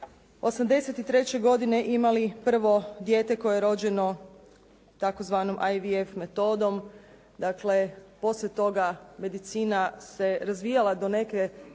83. godine imali prvo dijete koje je rođeno tzv. IVF metodom, dakle poslije toga medicina se razvijala do neke